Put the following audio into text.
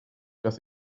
dass